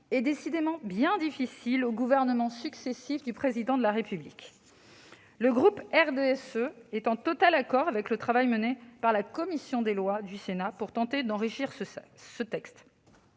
est décidément bien difficile pour les gouvernements successifs du Président de la République ... Les membres du groupe RDSE sont en total accord avec le travail mené par la commission des lois du Sénat pour tenter d'enrichir ce texte.